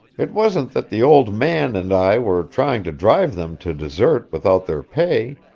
it wasn't that the old man and i were trying to drive them to desert without their pay,